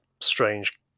strange